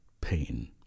pain